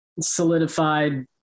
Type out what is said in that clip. solidified